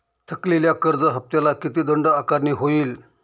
थकलेल्या कर्ज हफ्त्याला किती दंड आकारणी होईल?